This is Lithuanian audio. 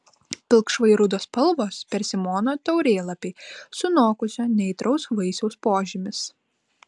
pilkšvai rudos spalvos persimono taurėlapiai sunokusio neaitraus vaisiaus požymis